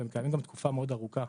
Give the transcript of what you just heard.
והם קיימים גם תקופה מאוד ארוכה,